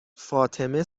فاطمه